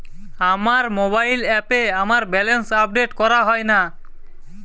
আমার মোবাইল অ্যাপে আমার ব্যালেন্স আপডেট করা হয় না